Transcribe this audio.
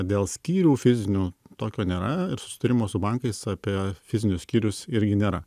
dėl skyrių fizinių tokio nėra ir susitarimo su bankais apie fizinius skyrius irgi nėra